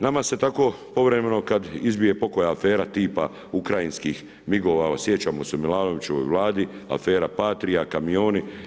Nama se tako povremeno, kad izbije pokoja afera tipa ukrajinskih MIG-ova, sjećamo se u Milanovićevoj Vladi afera Patria kamioni.